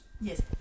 Yes